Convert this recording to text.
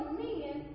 men